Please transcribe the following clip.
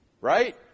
Right